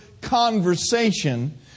conversation